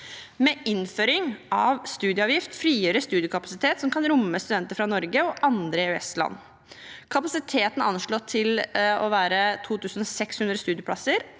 Med innføring av studieavgift frigjøres studiekapasitet som kan romme studenter fra Norge og andre EØS-land. Kapasiteten er anslått til 2 600 studieplasser